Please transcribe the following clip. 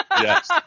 yes